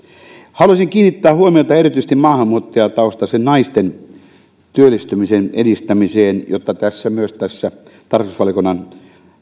haluaisin kiinnittää huomiota erityisesti maahanmuuttajataustaisten naisten työllistymisen edistämiseen jota myös tässä tarkastusvaliokunnan